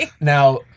Now